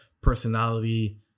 personality